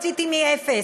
רציתי מאפס,